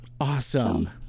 Awesome